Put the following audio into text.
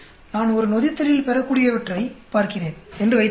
நான் ஒரு நொதித்தலில் பெறக்கூடியவற்றை பார்க்கிறேன் என்று வைத்துக்கொள்வோம்